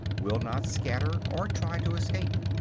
will not scatter, or try to escape.